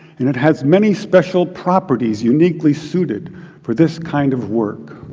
and it has many special properties uniquely suited for this kind of work.